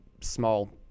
small